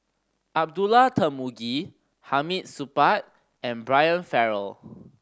Abdullah Tarmugi Hamid Supaat and Brian Farrell